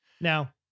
Now